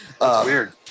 weird